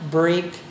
break